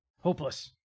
hopeless